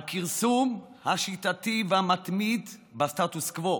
הכרסום השיטתי והמתמיד בסטטוס קוו,